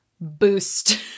boost